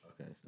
Okay